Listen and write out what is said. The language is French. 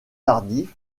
tardif